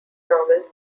novels